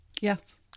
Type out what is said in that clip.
Yes